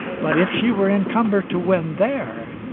but if she were in cumber to win there,